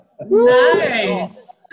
nice